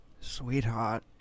Sweetheart